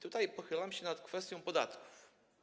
Tutaj pochylam się nad kwestią podatków.